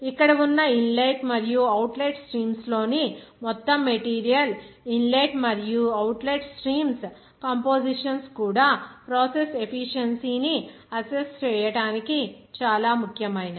ఇక్కడ ఉన్న ఇన్లెట్ మరియు అవుట్లెట్ స్ట్రీమ్స్ లోని మొత్తం మెటీరియల్ ఇన్లెట్ మరియు అవుట్లెట్ స్ట్రీమ్స్ కంపొజిషన్స్ కూడా ప్రాసెస్ ఎఫీషియెన్సీ ని అస్సెస్స్ చేయడానికి చాలా ముఖ్యమైనవి